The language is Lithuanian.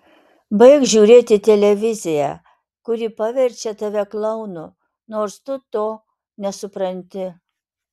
baik žiūrėti televiziją kuri paverčia tave klounu nors tu to nesupranti